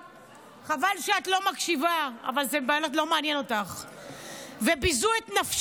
של חברת הכנסת צגה מלקו וקבוצת חברי